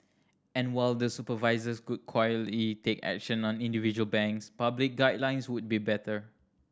and while the supervisors could quietly take action on individual banks public guidelines would be better